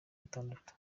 gatandatu